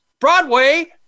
Broadway